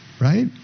right